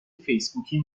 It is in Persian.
فیسبوکی